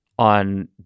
on